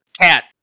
cat